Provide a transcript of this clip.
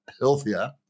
healthier